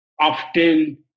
often